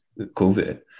COVID